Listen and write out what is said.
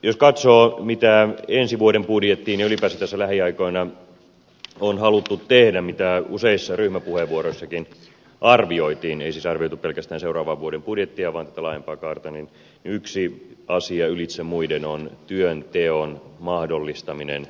jos katsoo mitä ensi vuoden budjettiin ja ylipäänsä lähiaikoina on haluttu tehdä mitä useissa ryhmäpuheenvuoroissakin arvioitiin ei siis arvioitu pelkästään seuraavan vuoden budjettia vaan tätä laajempaa kaarta yksi asia ylitse muiden on työnteon mahdollistaminen